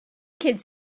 kids